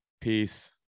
peace